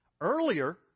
Earlier